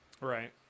Right